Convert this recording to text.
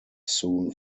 soon